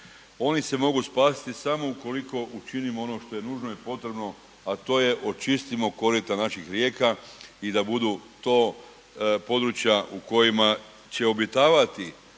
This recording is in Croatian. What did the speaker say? Oni se mogu spasiti samo ukoliko učinimo ono što je nužno i potrebno a to je očistimo korita naših rijeka i da budu to područja u kojima će obitavati